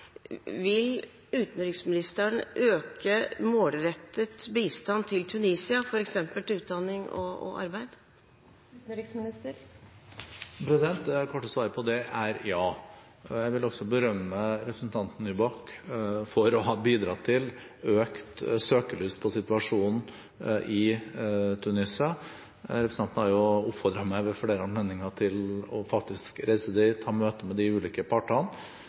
Vil utenriksministeren øke målrettet bistand til Tunisia, f.eks. til utdanning og arbeid? Det korte svaret på det er ja. Jeg vil også berømme representanten Nybakk for å ha bidratt til økt søkelys på situasjonen i Tunisia. Representanten har ved flere anledninger oppfordret meg til faktisk å reise dit og ha møte med de ulike partene.